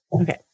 Okay